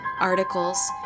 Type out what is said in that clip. articles